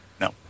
No